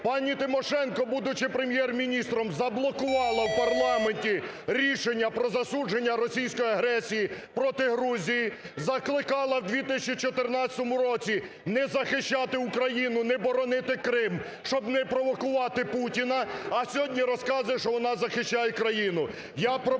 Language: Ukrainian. Пані Тимошенко, будучи Прем'єр-міністром, заблокувала в парламенті рішення про засудження російської агресії проти Грузії, закликала в 2014 році не захищати Україну, не боронити Крим, щоб не провокувати Путіна, а сьогодні розказує, що вона захищає країну.